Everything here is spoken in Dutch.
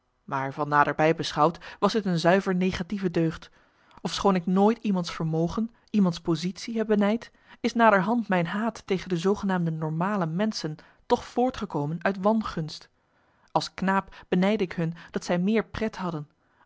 maar van naderbij beschouwd was dit een zuiver negatieve deugd ofschoon ik nooit iemands vermogen iemands positie heb benijd is naderhand mijn haat tegen de zoogenaamde normale menschen toch voortgekomen uit wangunst als knaap benijdde ik hun dat zij meer pret hadden